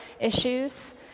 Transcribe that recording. issues